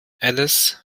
elles